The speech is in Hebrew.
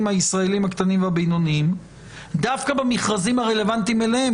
הישראלים הקטנים והבינוניים דווקא במכרזים הרלוונטיים אליהם,